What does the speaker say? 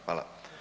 Hvala.